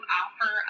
offer